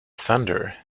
thunder